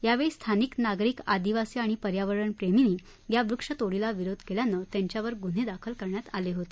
यावेळी स्थानिक नागरिक आदीवासी आणि पर्यावरण प्रेमींनी या वृक्षतोडीला विरोध केल्यानं त्यांच्यावर गुन्हे दाखल करण्यात आले होते